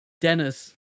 Dennis